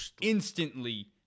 instantly